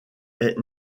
est